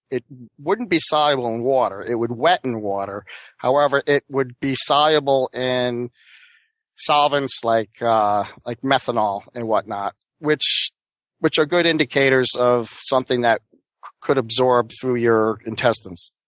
it wouldn't be soluble in water. it would wet in water however, it would be soluble in solvents like like methanol and whatnot, which which are good indicators of something that could absorb through your intestines